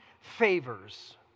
favors